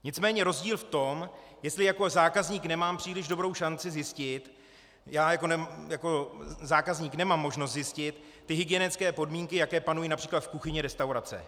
Nicméně rozdíl v tom, jestli jako zákazník nemám příliš dobrou šanci zjistit, já jako zákazník nemám možnost zjistit hygienické podmínky, jaké panují například v kuchyni restaurace.